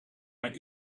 mijn